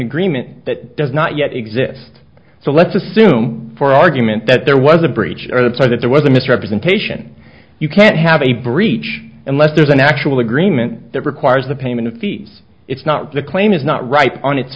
agreement that does not yet exist so let's assume for argument that there was a breach or that are that there was a misrepresentation you can't have a breach unless there's an actual agreement that requires the payment of fees it's not the claim is not right on